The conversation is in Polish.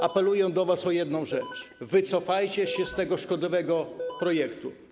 Apeluję do was o jedną rzecz: wycofajcie się z tego szkodliwego projektu.